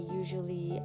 usually